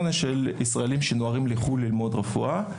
של ישראלים שנוהרים ללמוד בחו"ל רפואה.